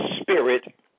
spirit